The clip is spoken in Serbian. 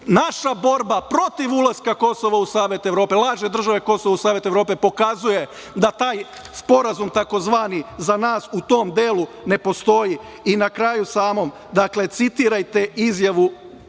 borba protiv ulaska Kosova u Savet Evrope, lažne države Kosovo u Savet Evrope pokazuje da taj sporazum takozvani za nas u tom delu ne postoji i na kraju samom, dakle, citirajte izjavu